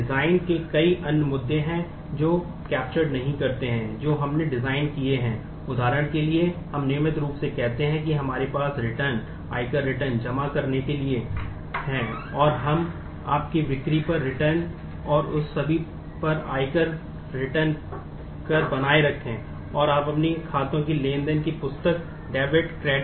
design और इसी तरह बनाए रखेंगे